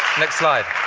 next slide